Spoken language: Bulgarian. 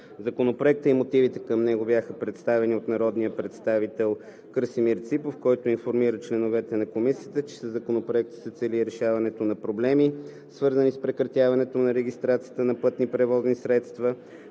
Законопроектът и мотивите към него бяха представени от народния представител Красимир Ципов, който информира членовете на Комисията, че със Законопроекта се цели решаването на проблеми, свързани с прекратяването на регистрацията на пътни превозни средства,